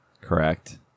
Correct